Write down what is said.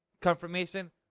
Confirmation